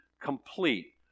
complete